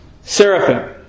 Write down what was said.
seraphim